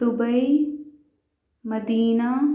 Dubai Medina